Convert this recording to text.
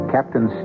Captain